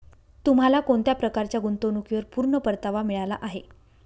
तुम्हाला कोणत्या प्रकारच्या गुंतवणुकीवर पूर्ण परतावा मिळाला आहे